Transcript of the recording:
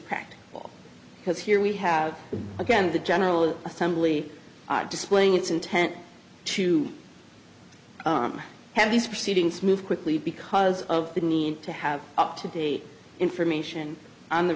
practicable because here we have again the general assembly displaying its intent to have these proceedings move quickly because of the need to have up to date information on the